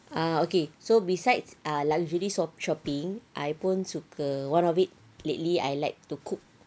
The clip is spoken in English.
ah okay so beside ah luxury sho~ shopping I pun suka one of it lately I like to cook